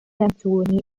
canzoni